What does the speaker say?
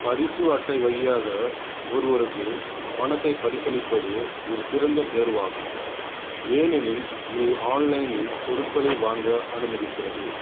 பரிசு அட்டை வழியாக ஒருவருக்கு பணத்தை பரிசளிப்பது ஒரு சிறந்த தேர்வாகும் ஏனெனில் இது ஆன்லைனில் பொருட்களை வாங்க அனுமதிக்கிறது